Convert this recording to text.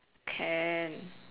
can